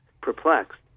perplexed